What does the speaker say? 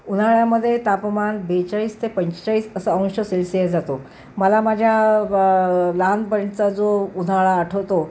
उन्हाळ्यामध्ये तापमान बेचाळीस ते पंचेचाळीस असं अंश सेल्सिअस जातो मला माझ्या लहानपणचा जो उन्हाळा आठवतो